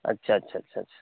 अच्छा अच्छा अच्छा अच्छा